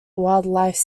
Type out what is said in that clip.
wildlife